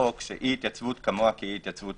בחוק שאי-התייצבות כמוה כאי-התייצבות